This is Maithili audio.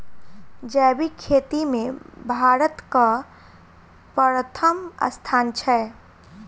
जैबिक खेती मे भारतक परथम स्थान छै